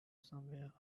somewhere